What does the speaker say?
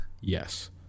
Yes